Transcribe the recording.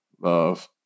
love